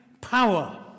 power